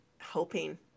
hoping